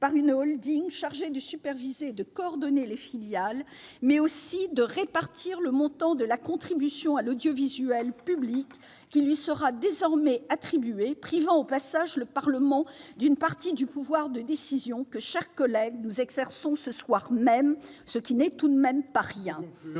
par une holding chargée de superviser et de coordonner les filiales, mais aussi de répartir le montant de la contribution à l'audiovisuel public qui lui sera désormais attribué, privant au passage le Parlement d'une partie du pouvoir de décision, que, mes chers collègues, nous exerçons ce soir même, ce qui n'est tout de même pas rien.